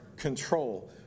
Control